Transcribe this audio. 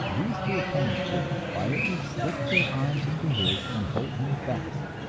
these two attendants would quietly slip their arms into his and hold him fast.